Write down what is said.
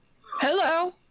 Hello